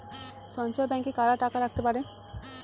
সঞ্চয় ব্যাংকে কারা টাকা রাখতে পারে?